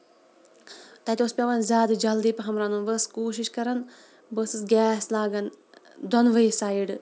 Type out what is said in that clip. تَتہِ اوس پیٚوان زیادٕ جلدی پَہم رَنُن بہٕ ٲسٕس کوٗشش کران بہٕ ٲسٕس گیس لاگان دوٚنوے سایِڈ